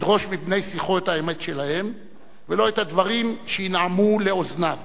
לדרוש מבני-שיחו את האמת שלהם ולא את הדברים שינעמו לאוזניו.